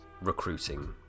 recruiting